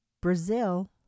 Brazil